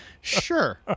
Sure